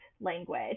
language